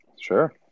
Sure